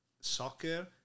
soccer